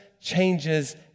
changes